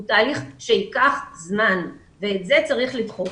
הוא תאריך שייקח זמן ואת זה צריך לדחות.